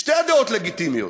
שתי הדעות לגיטימיות,